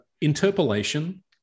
interpolation